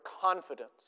confidence